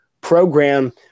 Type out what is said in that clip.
program